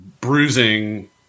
bruising